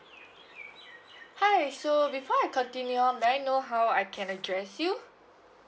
hi so before I continue may I know how I can address you